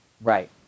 Right